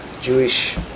Jewish